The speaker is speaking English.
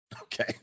okay